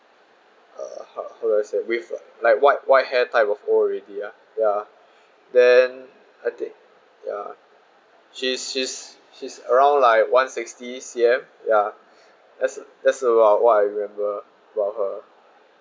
uh how how do I said with like like white white hair type of old already ya ya then I think ya she's she's she's around like one sixty C_M ya that's that's about what I remembered about her